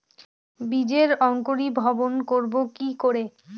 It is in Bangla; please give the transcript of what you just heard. বীজের অঙ্কোরি ভবন করব কিকরে?